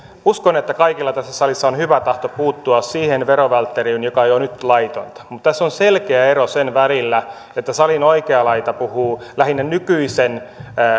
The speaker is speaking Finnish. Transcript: uskon että kaikilla tässä salissa on hyvä tahto puuttua siihen verovälttelyyn joka on jo nyt laitonta mutta tässä on selkeä ero sen välillä että salin oikea laita puhuu lähinnä nykyisen